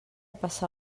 passa